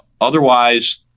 Otherwise